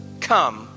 come